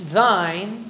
thine